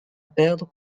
perdre